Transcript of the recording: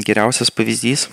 geriausias pavyzdys